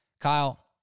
Kyle